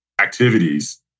activities